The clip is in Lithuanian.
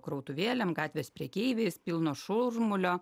krautuvėlėm gatvės prekeiviais pilnos šurmulio